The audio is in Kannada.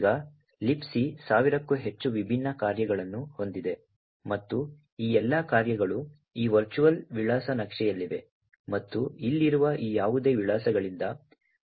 ಈಗ Libc ಸಾವಿರಕ್ಕೂ ಹೆಚ್ಚು ವಿಭಿನ್ನ ಕಾರ್ಯಗಳನ್ನು ಹೊಂದಿದೆ ಮತ್ತು ಈ ಎಲ್ಲಾ ಕಾರ್ಯಗಳು ಈ ವರ್ಚುವಲ್ ವಿಳಾಸ ನಕ್ಷೆಯಲ್ಲಿವೆ ಮತ್ತು ಇಲ್ಲಿರುವ ಈ ಯಾವುದೇ ವಿಳಾಸಗಳಿಂದ ಪ್ರವೇಶಿಸಬಹುದು